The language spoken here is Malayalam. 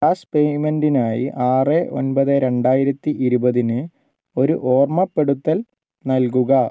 ഗ്യാസ് പേയ്മെൻറ്റിനായി ആറ് ഒൻപത് രണ്ടായിരത്തി ഇരുപതിന് ഒരു ഓർമ്മപ്പെടുത്തൽ നൽകുക